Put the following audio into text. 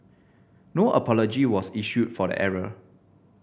no apology was issued for the error